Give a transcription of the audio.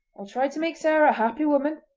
i'll try to make sarah a happy woman,